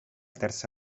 terza